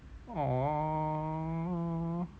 orh